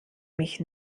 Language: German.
mich